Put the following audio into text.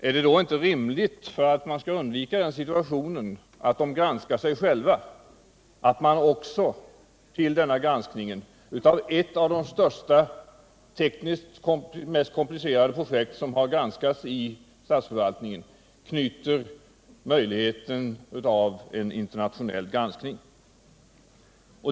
Är det då inte rimligt att man för att undvika den situationen att de granskar sig själva också till denna granskning av ett av de största och mest tekniskt komplicerade projekt, som granskats i statsförvaltningen, knyter möjligheten av en internationell granskning?